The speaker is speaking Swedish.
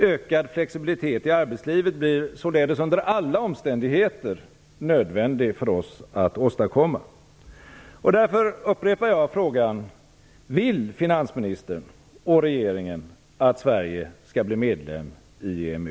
Ökad flexibilitet i arbetslivet blir således under alla omständigheter nödvändig för oss att åstadkomma. Därför upprepar jag frågan: Vill finansministern och regeringen att Sverige skall bli medlem i EMU?